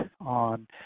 on